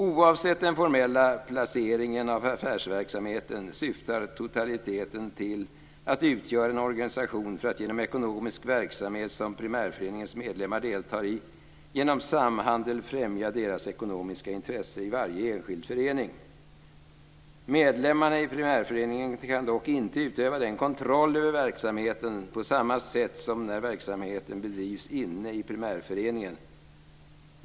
Oavsett den formella placeringen av affärsverksamheten syftar totaliteten till och utgör en organisation för att genom ekonomisk verksamhet som primärföreningens medlemmar deltar i genom samhandel främja deras ekonomiska intressen i varje enskild förening. Medlemmarna i primärföreningen kan dock inte utöva kontroll över affärsverksamheten på samma sätt som när verksamheten bedrivs inne i primärföreningen.